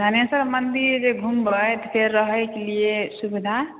धनेसर मन्दिर जे घुमबै तऽ फेर रहैके लिए सुविधा